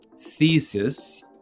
thesis